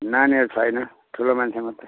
नानीहरू छैन ठुलो मान्छे मात्रै